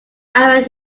bet